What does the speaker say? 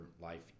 life